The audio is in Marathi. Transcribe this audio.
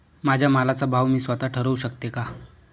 माझ्या मालाचा भाव मी स्वत: ठरवू शकते का?